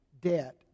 debt